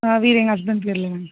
வீடு எங்கள் ஹஸ்பண்ட் பேர்லங்க